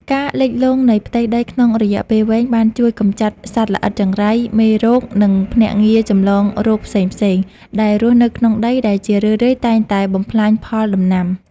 ការលិចលង់នៃផ្ទៃដីក្នុងរយៈពេលវែង បានជួយកម្ចាត់សត្វល្អិតចង្រៃ មេរោគ និងភ្នាក់ងារចម្លងរោគផ្សេងៗដែលរស់នៅក្នុងដី ដែលជារឿយៗតែងតែបំផ្លាញផលដំណាំ។